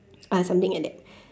uh something like that